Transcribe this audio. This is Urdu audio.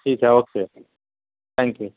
ٹھیک ہے اوکے تھینک یو